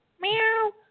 Meow